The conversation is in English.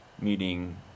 meeting